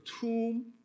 tomb